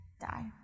die